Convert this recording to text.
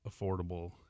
affordable